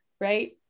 right